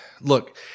Look